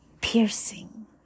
piercing